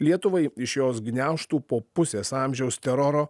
lietuvai iš jos gniaužtų po pusės amžiaus teroro